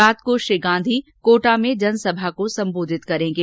रात को श्री गांधी कोटा में जनसभा को संबोधित करेंगे